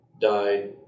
died